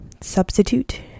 substitute